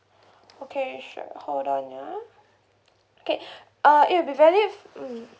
okay sure hold on ya okay uh it will be valid mm